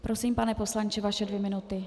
Prosím, pane poslanče, vaše dvě minuty.